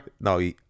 No